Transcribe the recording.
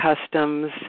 customs